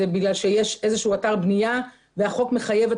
בגלל שיש איזשהו אתר בנייה והחוק מחייב את